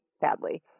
sadly